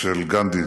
של גנדי